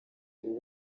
bari